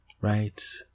right